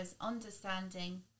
understanding